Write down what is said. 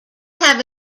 have